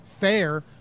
fair